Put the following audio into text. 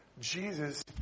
Jesus